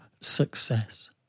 success